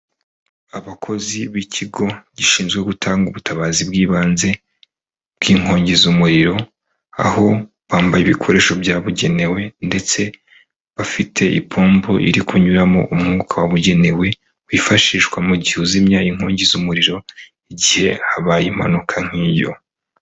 Abakozi b'ikigo gishinzwe gutanga ubutabazi bw'ibanze bw'inkongi zumuriro, aho bambaye ibikoresho byabugenewe ndetse bafite ipombo iri kunyuramo umwuka wabugenewe wifashishwa mu gihe uzimya inkingi z'umuriro igihe habaye impanuka nkiyo.